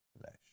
flesh